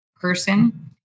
person